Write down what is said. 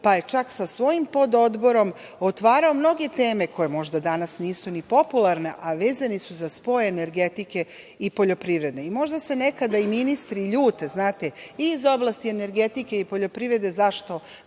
pa je čak sa svojim pododborom otvarao mnoge teme koje možda danas nisu ni popularne, a vezane su za spoj energetike i poljoprivrede. Možda se nekada ministri ljude, znate, i iz oblasti energetike i poljoprivrede zašto